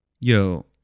Yo